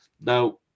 Now